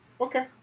okay